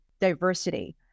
diversity